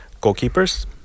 goalkeepers